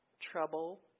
trouble